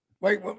Wait